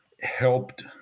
helped